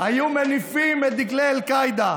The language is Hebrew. היו מניפים את דגלי אל-קאעידה,